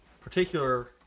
particular